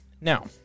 Now